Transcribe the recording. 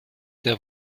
der